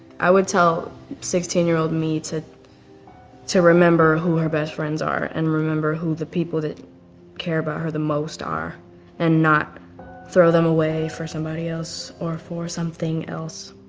i would tell sixteen year old me to to remember who her best friends are and remember who the people that care about her the most are and not throw them away for somebody else or for something else.